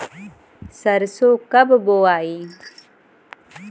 सरसो कब बोआई?